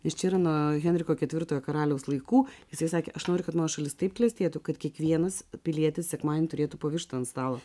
ir čia yra nuo henriko ketvirtojo karaliaus laikų jisai sakė aš noriu kad nors šalis taip klestėtų kad kiekvienas pilietis sekmadienį turėtų po vištą ant stalo